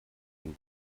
dem